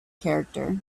character